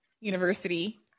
university